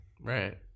Right